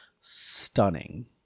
stunning